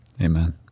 Amen